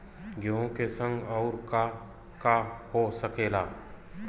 गेहूँ के संगे अउर का का हो सकेला?